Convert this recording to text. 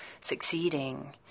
succeeding